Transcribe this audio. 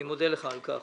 אני מודה לך על כך.